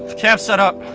camp's set up.